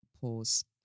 Pause